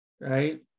right